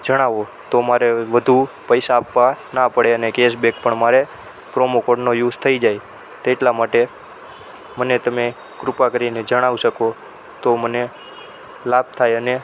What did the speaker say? જણાવો તો મારે વધુ પૈસા આપવા ના પડે અને કેશબેક પણ મારે પ્રોમો કોડનો યુસ થઈ જાય તેટલા માટે મને તમે કૃપા કરીને જણાવી શકો તો મને લાભ થાય અને